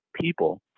people